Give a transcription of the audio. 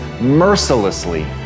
mercilessly